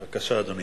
בבקשה, אדוני.